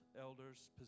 elders